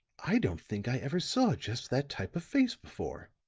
i don't think i ever saw just that type of face before.